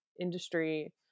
industry